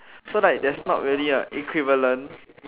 so like there's not really a equivalent